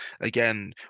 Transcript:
again